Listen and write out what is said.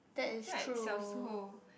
I feel like 小时候